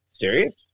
Serious